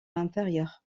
inférieur